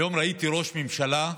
היום ראיתי ראש ממשלה חלש,